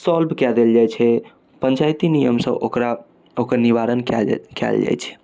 solve कए देल जाइ छै पञ्चायती नियमसँ ओकरा ओकर निवारण कयल जाइ छै